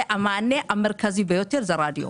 המענה המרכזי ביותר הוא רדיו.